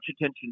attention